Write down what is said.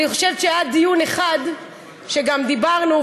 אני חושבת שהיה דיון אחד שגם דיברנו,